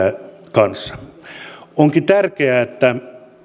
kanssa onkin tärkeää että